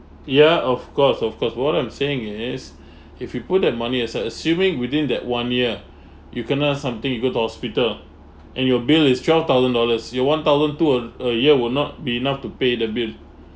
ya of course of course what I'm saying is if we put that money aside assuming within that one year you kena something you go to hospital and your bill is twelve thousand dollars your one thousand two a a year will not be enough to pay the bill